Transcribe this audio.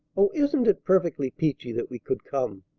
oh, isn't it perfectly peachy that we could come?